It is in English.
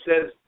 says